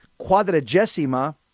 quadragesima